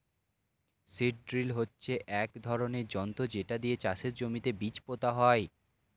seed drill হচ্ছে এক ধরনের যন্ত্র যেটা দিয়ে চাষের জমিতে বীজ পোতা হয়